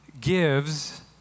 gives